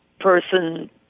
person